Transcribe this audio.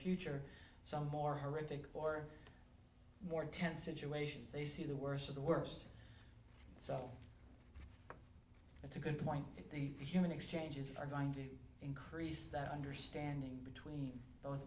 future some more horrific or more tense situations they see the worst of the worst so that's a good point the human exchanges are going to increase that understanding between th